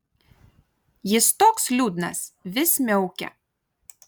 jis toks liūdnas vis miaukia